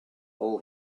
all